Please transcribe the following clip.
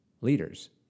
leaders